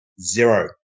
Zero